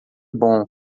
bom